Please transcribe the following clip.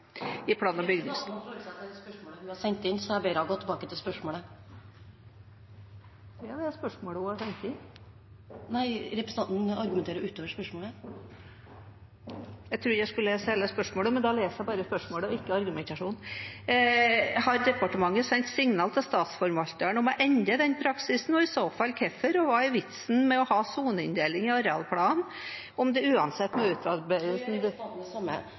i plan- og … Representanten må forholde seg til det spørsmålet hun har sendt inn, så jeg ber henne gå tilbake til spørsmålet. Det er dette spørsmålet som er sendt inn. Nei – representanten argumenterer utover spørsmålet. Jeg trodde jeg skulle lese hele spørsmålet, men da leser jeg bare spørsmålet og ikke argumentasjonen. «Har departementet sendt signaler til statsforvalterne om å endre denne praksisen, og i så fall hvorfor» – og hva er vitsen med å ha soneinndeling og arealplan om det uansett